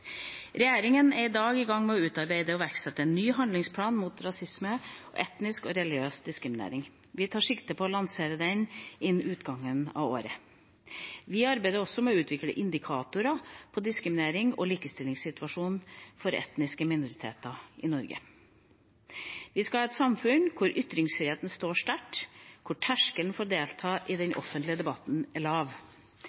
Regjeringa er i gang med å utarbeide og iverksette en ny nasjonal handlingsplan mot rasisme og etnisk og religiøs diskriminering. Vi tar sikte på å lansere den innen utgangen av året. Vi arbeider også med å utvikle indikatorer for diskriminerings- og likestillingssituasjonen for etniske minoriteter i Norge. Vi skal ha et samfunn hvor ytringsfriheten står sterkt, og hvor terskelen for å delta i den